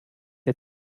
der